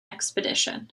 expedition